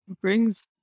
brings